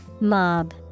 Mob